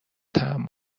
تحمل